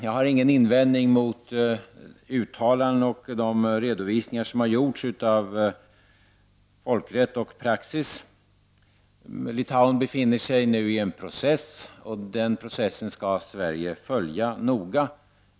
Jag har ingen invändning mot de uttalanden och de redovisningar som har gjorts om folkrätt och praxis. Litauen befinner sig nu i en process, och den processen skall Sverige följa noga.